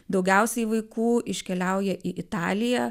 daugiausiai vaikų iškeliauja į italiją